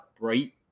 bright